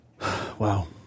Wow